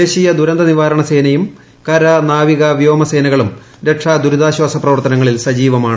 ദേശീയ ദുരന്ത നിവാരണ സേനകളും കരനാവിക വ്യോമ സേനയും രക്ഷാ ദുരിതാശ്വാസ പ്രവർത്തനങ്ങളിൽ സജീവമാണ്